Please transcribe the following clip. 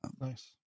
Nice